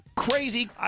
crazy